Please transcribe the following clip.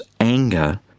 anger